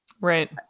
Right